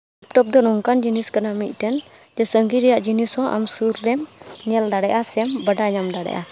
ᱞᱮᱯᱴᱚᱯᱫᱚ ᱱᱚᱝᱠᱟᱱ ᱡᱤᱱᱤᱥ ᱠᱟᱱᱟ ᱢᱤᱫᱴᱮᱱ ᱡᱮ ᱥᱟᱺᱜᱤᱧ ᱨᱮᱭᱟᱜ ᱡᱤᱱᱤᱥᱦᱚᱸ ᱟᱢ ᱥᱩᱨ ᱨᱮᱢ ᱧᱮᱞ ᱫᱟᱲᱮᱭᱟᱜᱼᱟ ᱥᱮᱢ ᱵᱟᱰᱟᱭ ᱧᱟᱢ ᱫᱟᱲᱮᱭᱟᱜᱼᱟ